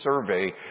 survey